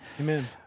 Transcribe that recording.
Amen